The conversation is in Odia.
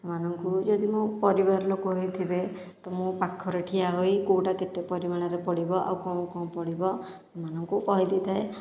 ସେମାନଙ୍କୁ ଯଦି ମୋ ପରିବାର ଲୋକ ହେଇଥିବେ ତ ମୁଁ ପାଖରେ ଠିଆହୋଇ କେଉଁଟା କେତେ ପରିମାଣରେ ପଡ଼ିବ ଆଉ କ'ଣ କ'ଣ ପଡ଼ିବ ସେମାନଙ୍କୁ କହିଦେଇଥାଏ